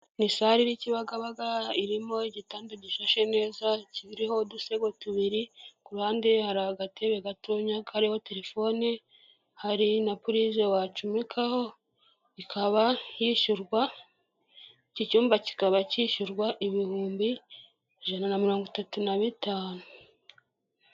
Ni sale iri Kigabaga, irimo igitanda gishashe neza kiriho udusego tubiri, ku ruhande hari agatebe gatonya kariho telefoni, hari na pulize wacumikaho, ikaba yishyurwa, iki cyumba kikaba cyishyurwa ibihumbi ijana na mirongo itatu na bitanu.